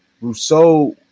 Rousseau